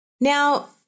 Now